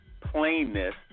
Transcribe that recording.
plainness